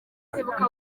kwibuka